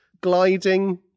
gliding